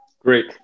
Great